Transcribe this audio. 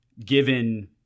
given